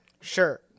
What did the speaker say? sure